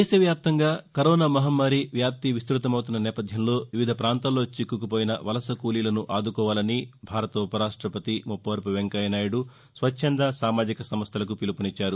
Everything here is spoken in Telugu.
దేశవ్యాప్తంగా కరోనా మహమ్మారి వ్యాప్తి విస్తృతమవుతున్న నేపథ్యంలో వివిధ ప్రాంతాల్లో చిక్కుకుపోయిన వలస కూలీలను ఆదుకోవాలని భారత ఉపరాష్టపతి ముప్పవరపు వెంకయ్య నాయుడు స్వచ్చంద సామాజిక సంస్థలకు పీలుపునిచ్చారు